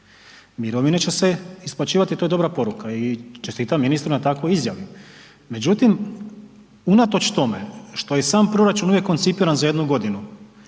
Mirovine će se isplaćivati to je dobra poruka i čestitam ministru na takvoj izjavi, međutim unatoč tome što je i sam proračun uvijek koncipiran za jednu godinu